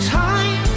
time